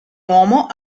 uomo